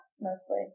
mostly